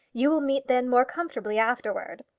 you will meet then more comfortably afterwards.